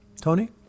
Tony